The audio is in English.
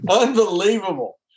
Unbelievable